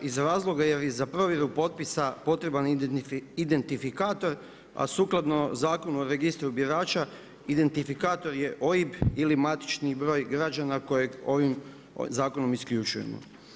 Iz razloga jer za provedbu potpisa potreban identifikator a sukladnu Zakonu o registra birača identifikator je OIB ili matični broj građana kojeg ovim zakonom isključujemo.